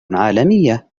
عالمية